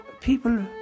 people